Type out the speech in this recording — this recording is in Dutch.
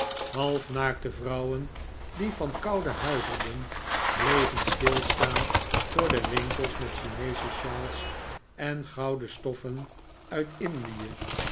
naakte vrouwen die van koude huiverden bleven stilstaan voor winkels met chineesche shawls en gouden stoffen uit indie